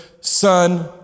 Son